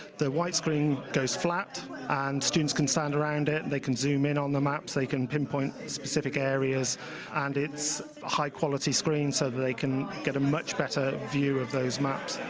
the white screen goes flat and students can stand around it and they can zoom in on the maps, they can pinpoint specific areas and it's a high quality screen, so that they can get a much better view of those maps.